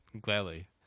Gladly